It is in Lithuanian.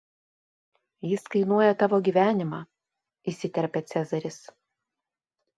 jis kainuoja tavo gyvenimą įsiterpia cezaris